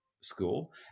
school